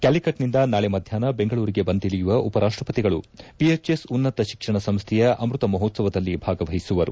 ಕ್ಯಾಲಿಕಟ್ನಿಂದ ನಾಳೆ ಮಧ್ಯಾಹ್ನ ಬೆಂಗಳೂರಿಗೆ ಬಂದಿಳಿಯುವ ಉಪರಾಷ್ಟ ಪತಿಗಳು ಬಿಎಚ್ಎಸ್ ಉನ್ನತ ಶಿಕ್ಷಣ ಸಂಸ್ದೆಯ ಅಮೃತ ಮಹೋತ್ಸವದಲ್ಲಿ ಭಾಗವಹಿಸುವರು